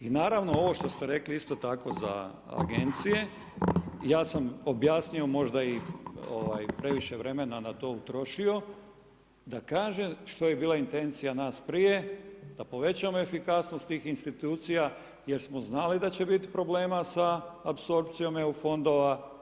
I naravno ovo što ste rekli isto tako za agencije, ja sam objasnio možda i previše vremena na to utrošio, da kažem što je bila intencija nas prije, da povećamo efikasnost tih institucija jer smo znali da će bit problema sa apsorpcijom EU fondova.